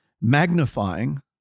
magnifying